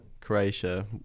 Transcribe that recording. Croatia